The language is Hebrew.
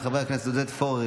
חבר הכנסת עודד פורר,